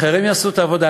אחרים יעשו את העבודה,